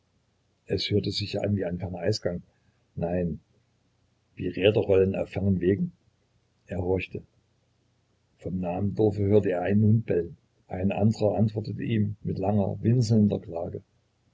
es hörte sich ja an wie ein ferner eisgang nein wie räderrollen auf fernen wegen er horchte vom nahen dorfe hörte er einen hund bellen ein andrer antwortete ihm mit langer winselnder klage